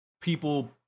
people